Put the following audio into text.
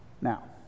Now